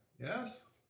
Yes